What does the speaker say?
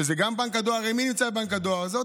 שזה גם בנק הדואר, הרי מי נמצא בבנק הדואר?